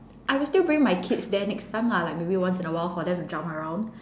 I will still bring my kids there next time lah like maybe once in a while for them to jump around